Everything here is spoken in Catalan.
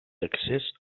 accés